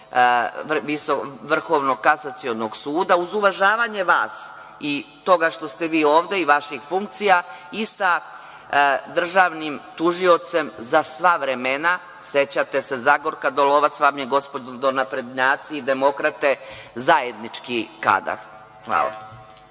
Vrhovnog kasacionog suda, uz uvažavanje vas, toga što ste vi ovde i vaših funkcija i sa državnim tužiocem za sva vremena. Sećate se, Zagorka Dolovac vam je, gospodo naprednjaci i demokrate, zajednički kadar. Hvala.